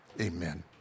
amen